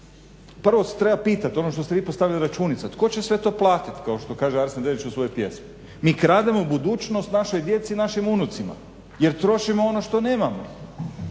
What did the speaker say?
Prvo se treba pitat, ono što ste vi postavili računicu, tko će sve to platit kao što kaže Arsen Dedić u svojoj pjesmi. Mi krademo budućnost našoj djeci, našim unucima jer trošimo ono što nemamo